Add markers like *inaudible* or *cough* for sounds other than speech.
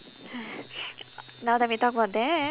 *noise* now that we talked about that